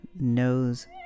knows